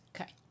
Okay